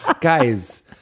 guys